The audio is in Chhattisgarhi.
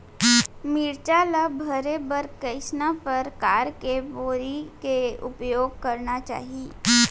मिरचा ला भरे बर कइसना परकार के बोरी के उपयोग करना चाही?